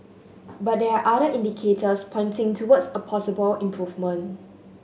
but there are other indicators pointing towards a possible improvement